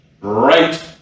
right